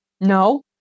No